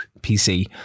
PC